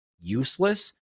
useless